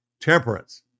temperance